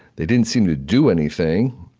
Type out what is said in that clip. they didn't seem to do anything.